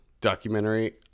documentary